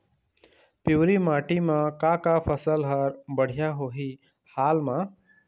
पिवरी माटी म का का फसल हर बढ़िया होही हाल मा?